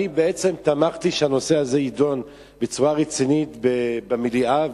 אני בעצם תמכתי שהנושא הזה יידון בצורה רצינית במליאה.